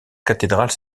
cathédrale